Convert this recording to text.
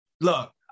Look